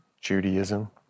Judaism